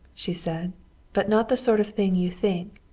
she said but not the sort of thing you think.